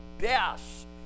best